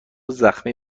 زخمتی